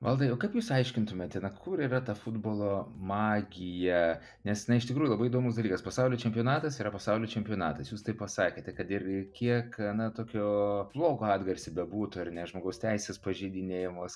valdai o kaip jūs aiškintumėte na kur yra ta futbolo magija nes iš tikrųjų labai įdomus dalykas pasaulio čempionatas yra pasaulio čempionatas jūs taip pasakėte kad ir kiek na tokio blogo atgarsį bebūtų ar ne žmogaus teisės pažeidinėjamos